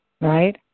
Right